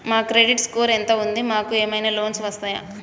మా credit score ఎంత ఉంది? మాకు ఏమైనా లోన్స్ వస్తయా?